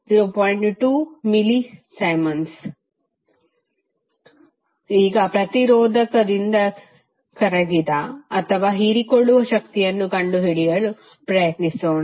2mS ಈಗ ಪ್ರತಿರೋಧಕದಿಂದ ಕರಗಿದ ಅಥವಾ ಹೀರಿಕೊಳ್ಳುವ ಶಕ್ತಿಯನ್ನು ಕಂಡುಹಿಡಿಯಲು ಪ್ರಯತ್ನಿಸೋಣ